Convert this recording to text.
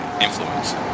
Influence